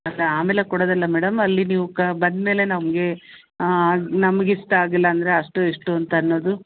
ಅಲ್ಲ ಆಮೇಲೆ ಕೊಡೋದಲ್ಲ ಮೇಡಮ್ ಅಲ್ಲಿ ನೀವು ಕ ಬಂದ ಮೇಲೆ ನಮಗೆ ನಮಗಿಷ್ಟ ಆಗಿಲ್ಲ ಅಂದರೆ ಅಷ್ಟು ಇಷ್ಟು ಅಂತ ಅನ್ನೋದು